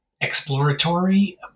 exploratory